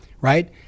right